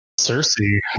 Cersei